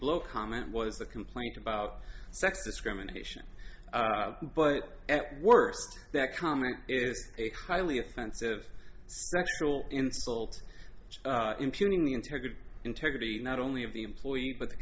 blow comment was the complaint about sex discrimination but at worst that comment is a highly offensive sexual insult to impugning the integrity integrity not only of the employee but the